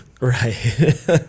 Right